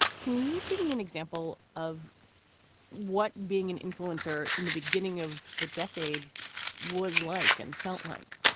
can you give me an example of what being an influencer in the beginning of the decade was like and felt like?